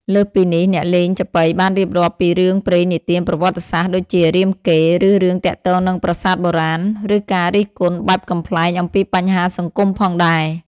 លើសពីនេះ អ្នកលេងចាប៉ីបានរៀបរាប់ពីរឿងព្រេងនិទានប្រវត្តិសាស្ត្រ ដូចជា រាមកេរ្តិ៍ ឬរឿងទាក់ទងនឹងប្រាសាទបុរាណ ឬការរិះគន់បែបកំប្លែងអំពីបញ្ហាសង្គមផងដែរ។